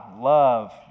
love